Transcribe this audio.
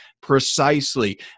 precisely